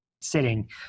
sitting